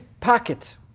packet